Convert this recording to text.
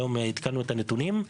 היום עדכנו את הנתונים.